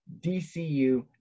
dcu